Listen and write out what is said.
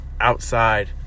outside